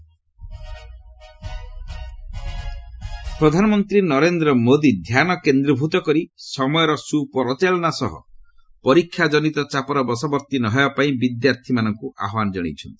lead PM ପରୀକ୍ଷା ପ୍ରଧାନମନ୍ତ୍ରୀ ନରେନ୍ଦ୍ର ମୋଦି ଧ୍ୟାନ କେନ୍ଦ୍ରୀଭୂତ କରି ସମୟର ସୁପରିଚାଳନା ସହ ପରୀକ୍ଷାଜନିତ ଚାପର ବଶବର୍ତ୍ତୀ ନ ହେବାପାଇଁ ବିଦ୍ୟାର୍ଥୀମାନଙ୍କୁ ଆହ୍ୱାନ ଜଣାଇଛନ୍ତି